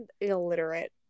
illiterate